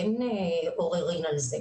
אין עוררין על זה,